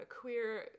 queer